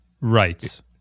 right